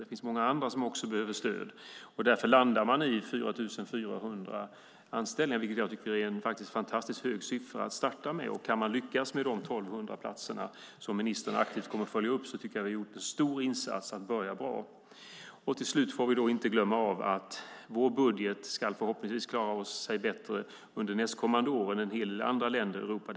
Det finns många andra som också behöver stöd. Därför landar man i 4 400 anställningar, vilket jag tycker är en fantastiskt hög siffra att starta med. Om man kan lyckas med de 1 200 platserna som ministern aktivt kommer att följa upp har vi gjort en stor insats. Vi får inte glömma bort att vår budget förhoppningsvis kommer att klara sig bättre under nästkommande år än budgeten för en hel del andra länder i Europa.